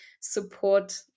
support